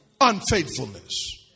unfaithfulness